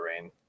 rain